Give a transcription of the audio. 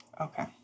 Okay